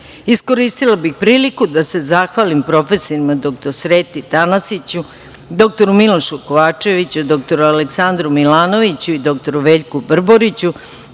bih priliku da se zavalim proforima dr Sreti Tanasiću, dr Milošu Kovačeviću, dr Aleksandru Milanoviću i dr Veljku Brboriću,